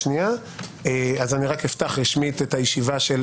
אפתח רשמית את הישיבה,